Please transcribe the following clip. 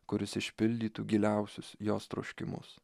kuris išpildytų giliausius jos troškimus